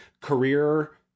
career